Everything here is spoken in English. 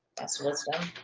that's wisdom.